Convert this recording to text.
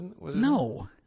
No